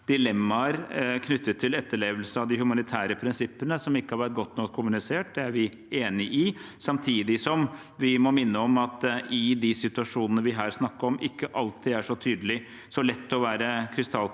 dilemmaer knyttet til etterlevelse av de humanitære prinsippene som ikke har vært godt nok kommunisert. Det er vi enig i. Samtidig må vi minne om at det i de situasjonene vi her snakker om, ikke alltid er så lett å være krystallklar